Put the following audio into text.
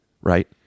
Right